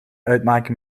uitmaken